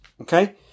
Okay